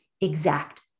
exact